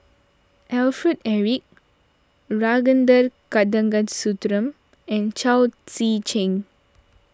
Alfred Eric Kanagasuntheram and Chao Tzee Cheng